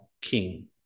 king